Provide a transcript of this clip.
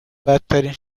بدترین